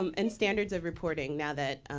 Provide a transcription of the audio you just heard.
um and standards of reporting now that